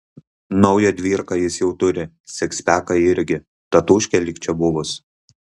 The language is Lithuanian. naują dvyrką jis jau turi sikspeką irgi o tatūškė lyg čia buvus